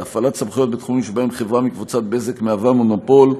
(1) הפעלת סמכויות בתחומים שבהם חברה מקבוצת בזק מהווה מונופול,